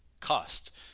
cost